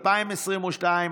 2022,